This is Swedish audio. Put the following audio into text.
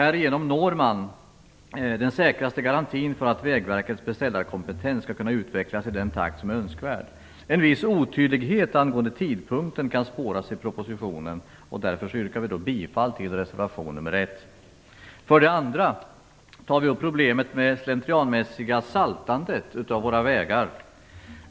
Härigenom når man den säkraste garantin för att Vägverkets beställarkompetens skall kunna utvecklas i den takt som är önskvärd. En viss otydlighet angående tidpunkten kan spåras i propositionen. Därför yrkar vi bifall till reservation nr 1. För det andra tar vi upp problemet med det slentrianmässiga saltandet av våra vägar.